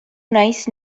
naiz